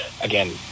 Again